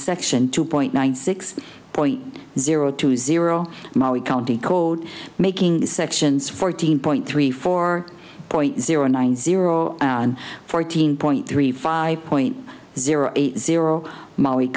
section two point one six point zero two zero maui county code making sections fourteen point three four point zero nine zero nine fourteen point three five point zero eight zero maui